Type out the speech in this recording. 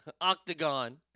octagon